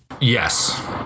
Yes